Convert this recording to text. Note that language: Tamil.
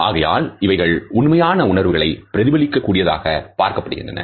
ஆகையால் இவைகள் உண்மையான உணர்வுகளை பிரதிபலிக்கக் கூடியதாக பார்க்கப்படுகின்றன